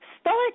Start